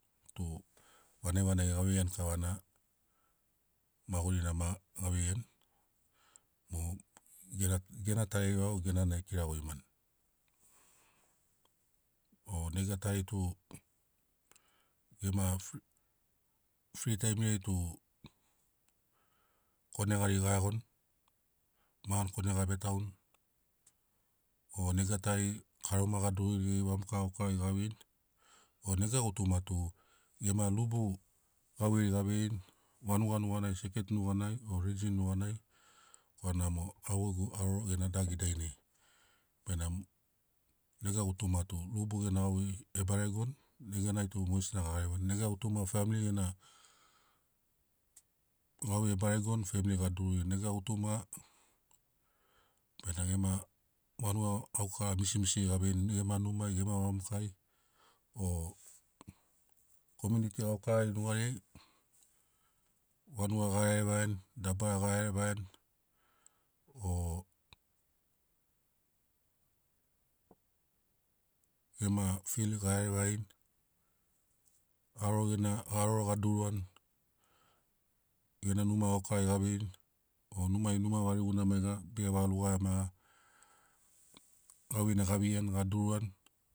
Tu vanagi vanagi ga veiani kavana magurina ma ga veiani mo gena gena tariai vau gena na e kiragoimani o nega tari tu gema fr- fri taimiriai tu kone gari ga iagoni magani kone ga vetauni o nega tari karoma ga dururini geri vamoka gaukara ga veini o nega gutuma tu gema lubu gauveiri ga veini vanuga nuganai seket nuganai o rigin nuganai korana mo au gegu haroro gena dagi dainai. Benamo nega gutuma tu lubu gena gauvei e baregoni neganai tu mogesina ga garevani nega gutuma femili gena gauvei e baregoni femili ga dururini nega gutuma benamo vanuga gaukara misi misiri ga veini gema numai gema vamokai o komuniti gaukarari nugariai vanuga ga iarevaiani dabara ga iarevaiani o gema fil ga iarevaiani haroro gena haroro ga duruani gena numa gaukarari ga veini o numai numa variguna maiga bege vagarugaia maiga bege vagarugaia maiga gauveina ga veiani ga duruani.